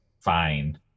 fine